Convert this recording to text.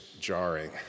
jarring